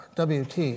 Wt